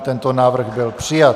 Tento návrh byl přijat.